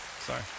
sorry